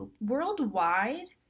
Worldwide